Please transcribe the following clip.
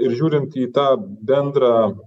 ir žiūrint į tą bendrą